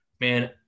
man